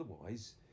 otherwise